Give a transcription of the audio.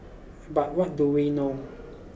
but what do we know